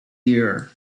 year